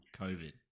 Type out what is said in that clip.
COVID